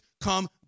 come